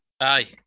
aye